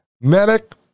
medic